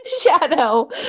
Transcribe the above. shadow